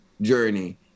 journey